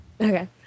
okay